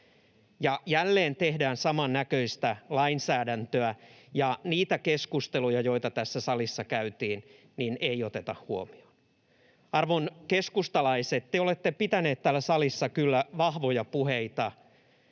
Jälleen tehdään samannäköistä lainsäädäntöä, ja niitä keskusteluja, joita tässä salissa käytiin, ei oteta huomioon. Arvon keskustalaiset, te olette pitäneet täällä salissa kyllä vahvoja puheita,